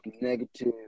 negative